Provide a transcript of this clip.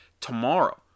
tomorrow